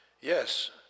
Yes